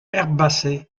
herbacées